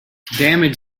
damage